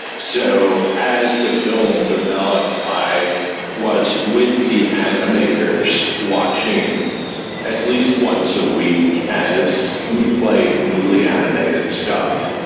so, as the film developed, i was with the animators watching at least once a week as we played newly animated stuff,